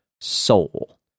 soul